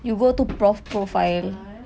profile